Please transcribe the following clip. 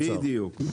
בדיוק,